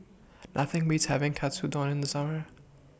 Nothing Beats having Katsudon in The Summer